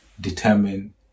determine